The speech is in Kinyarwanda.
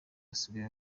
asigaye